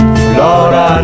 flora